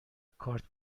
کارت